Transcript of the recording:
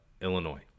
Illinois